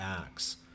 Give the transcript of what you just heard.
acts